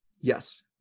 Yes